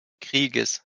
krieges